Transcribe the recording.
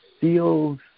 feels